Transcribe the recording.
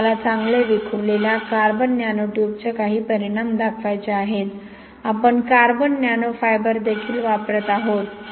तर मला चांगले विखुरलेल्या कार्बन नॅनो ट्यूबचे काही परिणाम दाखवायचे आहेत आपण कार्बन नॅनो फायबर देखील वापरत आहोत